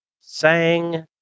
sang